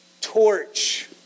torch